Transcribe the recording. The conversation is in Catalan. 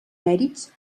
mèrits